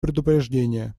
предупреждения